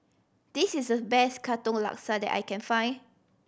this is the best Katong Laksa that I can find